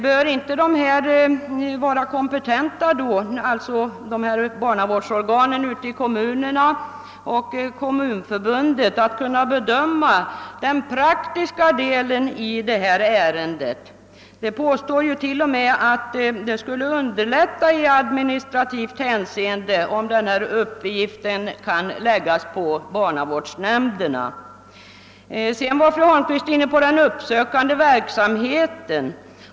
Bör då barnavårdsorganen ute i kommunerna och Kommunförbundet vara kompetenta att bedöma den praktiska delen av detta ärende? De påstår till och med att det skulle underlätta i administrativt hänseende om uppgiften kunde läggas på barnavårdsnämnderna. Fru Holmqvist var sedan inne på den uppsökande verksamheten.